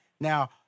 Now